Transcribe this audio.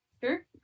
Sure